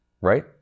right